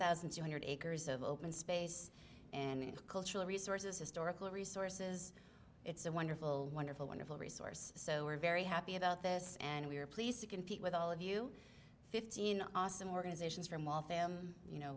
thousand two hundred acres of open space in cultural resources historical resources it's a wonderful wonderful wonderful resource so we're very happy about this and we're pleased to compete with all of you fifteen awesome organizations from waltham you know